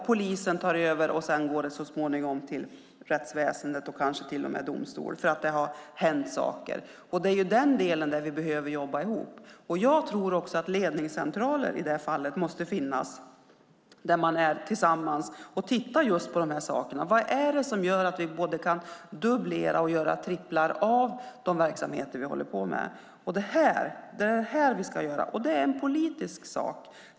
Polisen tar över, så småningom tar rättsväsendet över och sedan vidare till domstol. Det är i den delen vi behöver jobba ihop. Ledningscentraler måste finnas där vi tittar på dessa saker. Vad är det som gör att vi kan dubblera och göra tripplar av de verksamheter vi håller på med? Det här är vad vi ska göra. Det är en politisk sak.